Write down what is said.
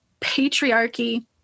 patriarchy